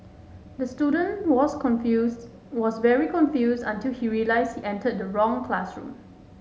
the student was confused was very confused until he realised he entered the wrong classroom